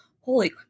Holy